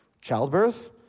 childbirth